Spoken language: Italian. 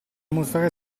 mostrare